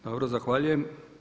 Dobro, zahvaljujem.